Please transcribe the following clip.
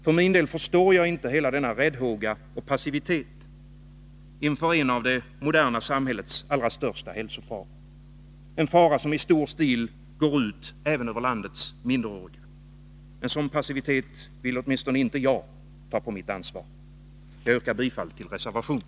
För min del förstår jag inte hela denna räddhåga och passivitet inför en av det moderna samhällets allra största hälsofaror, en fara som i stor stil går ut även över landets minderåriga. En sådan passivitet vill åtminstone inte jag ta på mitt ansvar. Jag yrkar bifall till reservationen.